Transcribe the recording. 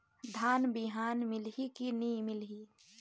धान बिहान मिलही की नी मिलही?